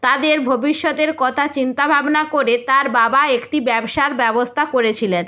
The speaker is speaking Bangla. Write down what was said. তাদের ভবিষ্যতের কথা চিন্তা ভাবনা করে তার বাবা একটি ব্যবসার ব্যবস্থা করেছিলেন